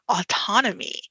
autonomy